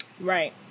Right